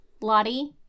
Lottie